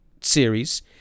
series